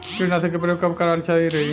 कीटनाशक के प्रयोग कब कराल सही रही?